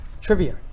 trivia